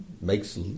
makes